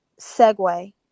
segue